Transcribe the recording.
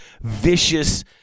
vicious